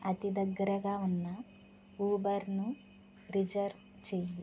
అతి దగ్గరగా ఉన్న ఉబర్ను రిజర్వ్ చెయ్యి